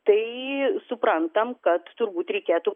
tai suprantam kad turbūt reikėtų